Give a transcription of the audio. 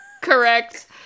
correct